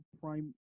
prime